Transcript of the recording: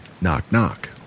knock-knock